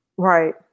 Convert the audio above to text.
Right